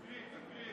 תקריא, תקריא.